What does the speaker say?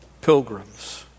pilgrims